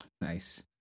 nice